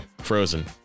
Frozen